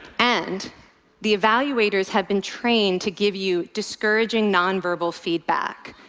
and the evaluators have been trained to give you discouraging, non-verbal feedback,